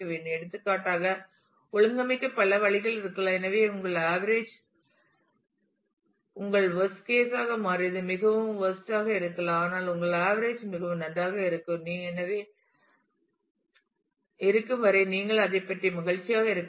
எடுத்துக்காட்டாக ஒழுங்கமைக்க பல வழிகள் இருக்கலாம் எனவே உங்கள் ஆவரேஜ் உங்கள் வோஸ்ட் கேஸ் ஆக மாறியது மிகவும் வோஸ்ட் ஆக இருக்கலாம் ஆனால் உங்கள் ஆவரேஜ் மிகவும் நன்றாக இருக்கும் வரை நீங்கள் அதைப் பற்றி மகிழ்ச்சியாக இருக்க வேண்டும்